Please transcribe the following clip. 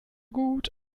gut